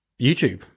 YouTube